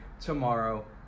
tomorrow